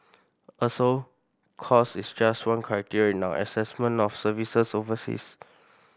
also cost is just one criteria in our assessment of services overseas